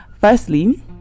Firstly